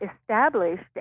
established